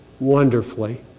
Wonderfully